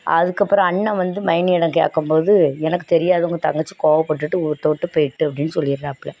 அதற்கப்பறோம் அண்ணன் வந்து மைனியிடம் கேட்கும்போது எனக்கு தெரியாது உங்கள் தங்கச்சி கோபப்பட்டுட்டு ஊட்டை விட்டு போயிவிட்டு அப்படின்னு சொல்லிடுறாப்புல